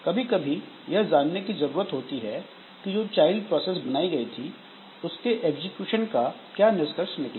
कभी कभी यह जानने की जरूरत होती है कि जो चाइल्ड प्रोसेस बनाई गई थी उसके एग्जीक्यूशन का निष्कर्ष क्या निकला